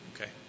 Okay